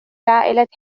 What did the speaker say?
العائلة